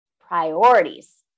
priorities